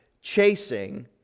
chasing